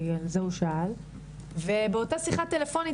כי על זה הוא שאל ובאותה שיחה טלפונית,